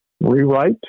rewrite